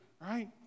right